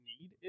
need